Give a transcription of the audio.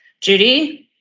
Judy